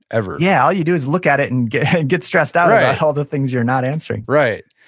ever yeah. all you do is look at it and get get stressed out about all the things you're not answering right.